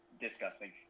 Disgusting